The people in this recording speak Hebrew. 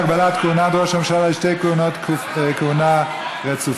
הגבלת כהונת ראש הממשלה לשתי תקופות כהונה רצופות).